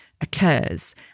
occurs